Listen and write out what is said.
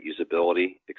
usability